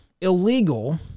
illegal